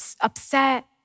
upset